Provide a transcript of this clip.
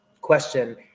question